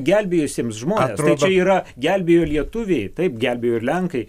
gelbėjusiems žmones tai čia yra gelbėjo lietuviai taip gelbėjo ir lenkai